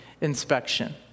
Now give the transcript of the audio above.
inspection